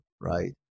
right